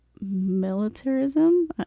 militarism